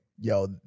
yo